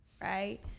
right